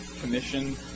Commission